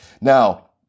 Now